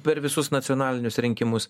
per visus nacionalinius rinkimus